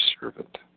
servant